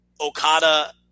Okada